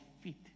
feet